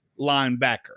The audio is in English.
linebacker